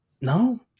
no